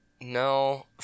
No